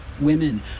Women